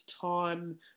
time